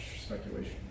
speculation